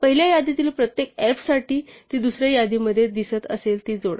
पहिल्या यादीतील प्रत्येक f साठी ती दुसऱ्या यादीमध्ये दिसत असेल ती जोडा